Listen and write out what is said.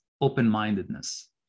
open-mindedness